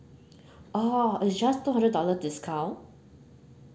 orh it's just two hundred dollar discount